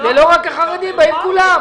לא רק החרדים באים אלא באים כולם.